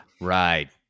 right